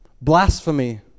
Blasphemy